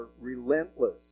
relentless